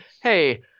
hey